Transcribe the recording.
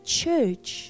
church